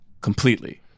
completely